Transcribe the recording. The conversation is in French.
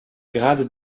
grade